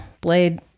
Blade